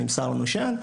נמסר לנו שאין.